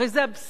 הרי זה אבסורד.